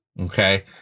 okay